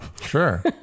sure